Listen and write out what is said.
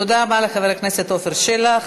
תודה רבה לחבר הכנסת עפר שלח.